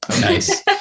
Nice